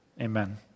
amen